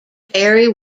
perry